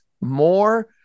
more